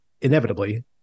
inevitably